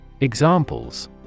Examples